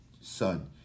son